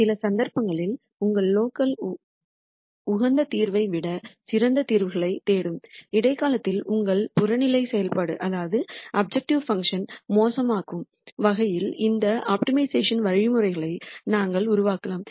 சில சந்தர்ப்பங்களில் உங்கள் லோக்கல் உகந்த தீர்வை விட சிறந்த தீர்வுகளைத் தேடும் இடைக்காலத்தில் உங்கள் புறநிலை செயல்பாட்டை மோசமாக்கும் வகையில் இந்த ஆப்டிமைசேஷன் வழிமுறைகளை நாங்கள் உருவாக்கலாம்